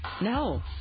No